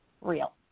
real